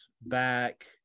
back